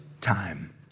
time